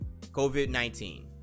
COVID-19